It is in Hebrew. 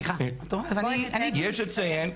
יש לציין,